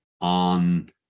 on